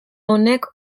honek